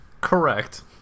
Correct